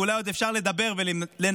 ואולי עוד אפשר לדבר ולנסות